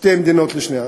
שתי מדינות לשני עמים,